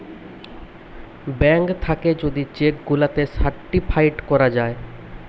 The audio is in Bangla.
ব্যাঙ্ক থাকে যদি চেক গুলাকে সার্টিফাইড করা যায়